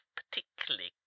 particularly